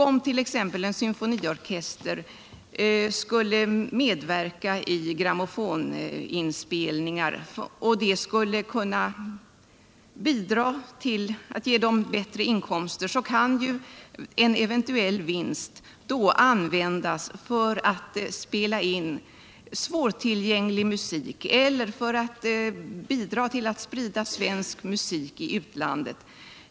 Om t.ex. en symfoniorkester skulle medverka i grammofoninspelningar och det skulle kunna bidra till att ge dem bättre inkomster, kan ju en eventuell vinst då användas för att spela in svårtillgänglig musik eller för att bidra till att sprida svensk musik i utlandet.